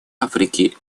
африки